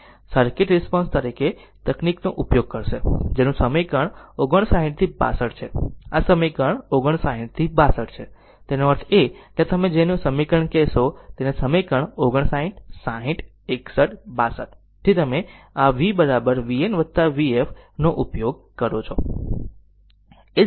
circuit response તરીકે તકનીકનો ઉપયોગ કરશે જેનું સમીકરણ 59 થી 62 છે તે આ સમીકરણ 59 થી 62 છે તેનો અર્થ એ કે આ તમે જેને આ સમીકરણ કહેશો તેને આ સમીકરણો કે 59 60 61 62 થી તમે આ v vn vf નો ઉપયોગ કરો છો